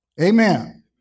Amen